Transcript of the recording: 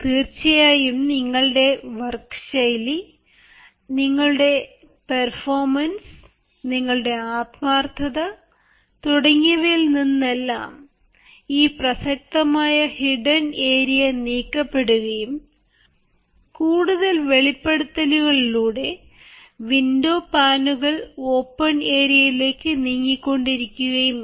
തീർച്ചയായും നിങ്ങളുടെ വർക്ക് ശൈലി നിങ്ങളുടെ പെർഫോമൻസ് നിങ്ങളുടെ ആത്മാർത്ഥത തുടങ്ങിയവയിൽ നിന്നെല്ലാം ഈ പ്രസക്തമായ ഹിഡൻ ഏരിയ നീക്കപ്പെടുകയും കൂടുതൽ വെളിപ്പെടുത്തലുകളിലൂടെ വിൻഡോ പാനുകൾ ഓപ്പൺ ഏരിയയിലേക്കു നീങ്ങിക്കൊണ്ടിരിക്കുകയും വേണം